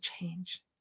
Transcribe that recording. change